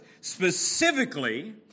specifically